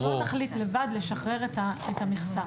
אנחנו לא נחליט לבד לשחרר את המכסה.